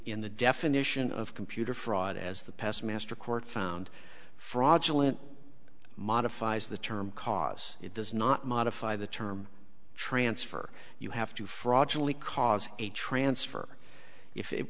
in the definition of computer fraud as the past master court found fraudulent modifies the term because it does not modify the term transfer you have to fraud julie cause a transfer if it